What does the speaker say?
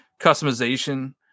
customization